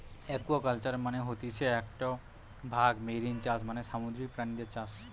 একুয়াকালচারের মানে হতিছে একটো ভাগ মেরিন চাষ মানে সামুদ্রিক প্রাণীদের চাষ